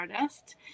artist